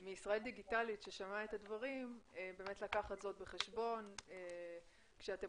מישראל דיגיטלית ששמעו את הדברים באמת לקחת זאת בחשבון כשאתם